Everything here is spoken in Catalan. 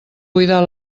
buidar